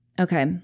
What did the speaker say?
okay